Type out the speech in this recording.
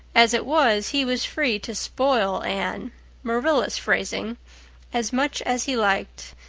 as it was, he was free to, spoil anne marilla's phrasing as much as he liked.